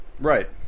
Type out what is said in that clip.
right